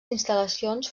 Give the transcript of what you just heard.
instal·lacions